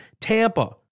Tampa